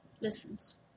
Listens